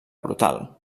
brutal